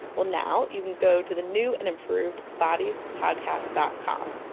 well now you can go to the new and improved bodiespodcast dot com.